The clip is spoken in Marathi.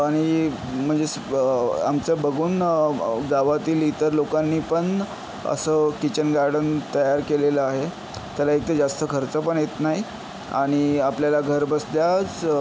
आणि म्हणजे स्व आमचं बघून गावातील इतर लोकांनीपण असं किचन गार्डन तयार केलेलं आहे त्याला एकतर जास्त खर्चपण येत नाही आणि आपल्याला घरबसल्याच